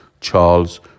Charles